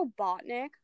Robotnik